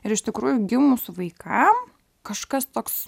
ir iš tikrųjų gimus vaikam kažkas toks